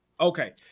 Okay